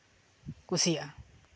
ᱠᱩᱥᱤᱭᱟᱜᱼᱟ